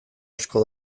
asko